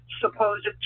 supposed